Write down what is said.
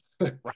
right